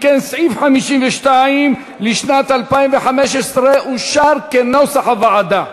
אם כן, סעיף 52 לשנת 2015 אושר כנוסח הוועדה.